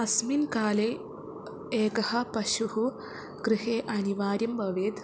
अस्मिन् काले एकः पशुः गृहे अनिवार्यं भवेत्